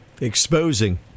Exposing